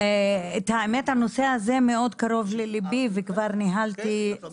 את האמת הנושא הזה מאוד קרוב לליבי וכבר ניהלתי 3